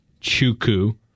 Chuku